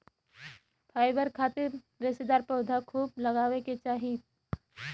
fibre खातिर रेशेदार पौधा खूब लगावे के चाही